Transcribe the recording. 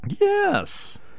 Yes